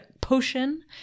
potion